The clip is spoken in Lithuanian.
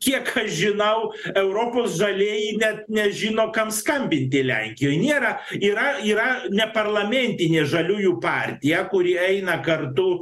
kiek aš žinau europos žalieji net nežino kam skambinti lenkijoj nėra yra yra neparlamentinė žaliųjų partija kuri eina kartu